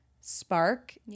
spark